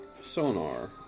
sonar